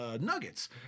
Nuggets